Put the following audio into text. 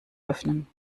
öffnen